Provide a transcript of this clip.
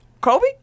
Kobe